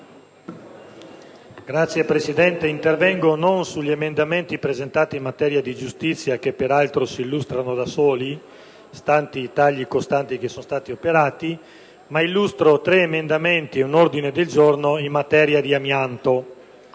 Signora Presidente, non intervengo sugli emendamenti da me presentati in materia di giustizia, che peraltro si illustrano da soli, stante i tagli costanti che sono stati operati; vorrei invece illustrare tre emendamenti ed un ordine del giorno in materia di amianto.